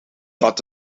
dat